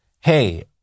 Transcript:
Hey